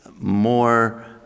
more